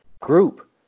group